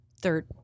third